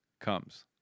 comes